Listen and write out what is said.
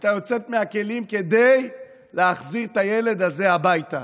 הייתה יוצאת מהכלים כדי להחזיר את הילד הזה הביתה.